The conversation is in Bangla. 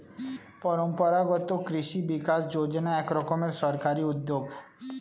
পরম্পরাগত কৃষি বিকাশ যোজনা এক রকমের সরকারি উদ্যোগ